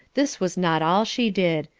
this was not all she did.